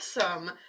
awesome